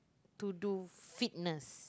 to do fitness